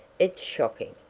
it's shocking.